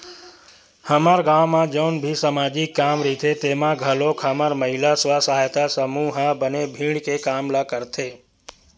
हमर गाँव म जउन भी समाजिक काम रहिथे तेमे घलोक हमर महिला स्व सहायता समूह ह बने भीड़ के काम ल करथे